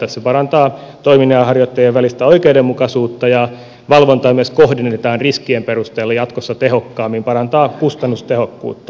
se parantaa toiminnanharjoittajien välistä oikeudenmukaisuutta ja valvontaa myös kohdennetaan riskien perusteella jatkossa tehokkaammin mikä parantaa kustannustehokkuutta